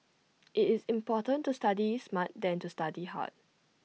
IT is important to study smart than to study hard